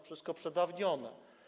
Wszystko przedawnione.